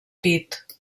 pit